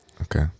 Okay